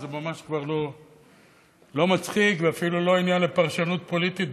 אבל זה ממש כבר לא מצחיק ואפילו לא עניין לפרשנות פוליטית.